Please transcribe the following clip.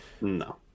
No